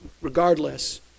regardless